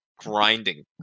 Grinding